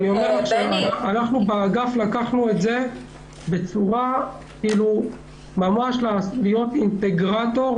באגף לקחנו את זה מתוך כוונה להיות אינטגרטור